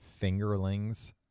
Fingerlings